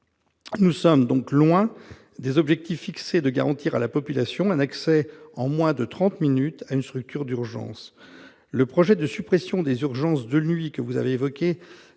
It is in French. Nous sommes loin des objectifs de garantir à la population un accès, en moins de trente minutes, à une structure d'urgence. Le projet de suppression des urgences de nuit au centre